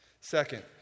Second